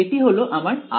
তাই এটি হলো আমার